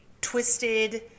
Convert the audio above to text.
twisted